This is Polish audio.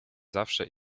zawsze